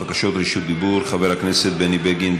בקשות רשות דיבור חבר הכנסת בני בגין,